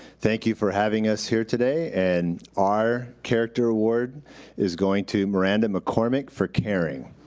thank you for having us here today. and our character award is going to miranda mccormick for caring.